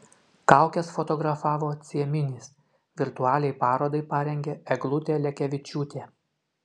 kaukes fotografavo cieminis virtualiai parodai parengė eglutė lekevičiūtė